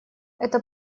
эта